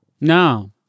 No